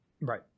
Right